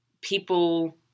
people